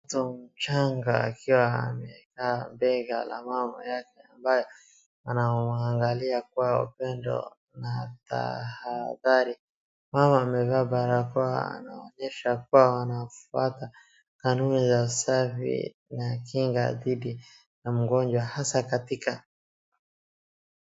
Mtoto mchanga akiwa amekaa bega la mama yake ambaye anamwangalia kwa upendo na tahadhari. Mama amevaa barakoa, anaonyesha kuwa anafuata kanuni za usafi na kinga dhidi ya mgonjwa hasa katika...